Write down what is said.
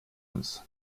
uns